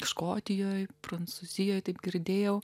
škotijoje prancūzijoje taip girdėjau